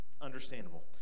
understandable